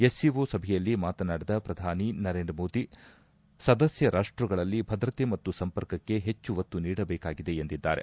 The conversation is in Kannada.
ಎಸ್ ಸಿಒ ಸಭೆಯಲ್ಲಿ ಮಾತನಾಡಿದ ಪ್ರಧಾನಿ ನರೇಂದ್ರ ಮೋದಿ ಸದಸ್ಯ ರಾಷ್ಟಗಳಲ್ಲಿ ಭದ್ರತೆ ಮತ್ತು ಸಂಪರ್ಕಕ್ಕೆ ಹೆಚ್ಚು ಒತ್ತು ನೀಡಬೇಕಾಗಿದೆ ಎಂದಿದ್ದಾರೆ